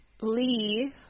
Lee